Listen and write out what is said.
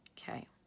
Okay